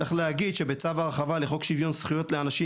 צריך להגיד שבצו ההרחבה לחוק שוויון זכויות לאנשים